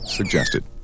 suggested